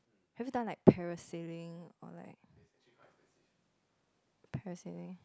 have you done like parasailing or like parasailing